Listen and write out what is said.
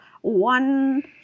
one